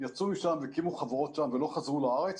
יצאו לשם והקימו חברות שם ולא חזרו לארץ.